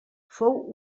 fou